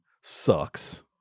sucks